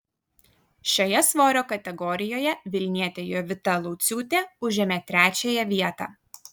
šioje svorio kategorijoje vilnietė jovita lauciūtė užėmė trečiąją vietą